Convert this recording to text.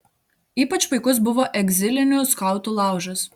ypač puikus buvo egzilinių skautų laužas